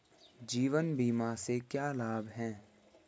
जीवन बीमा से क्या लाभ हैं?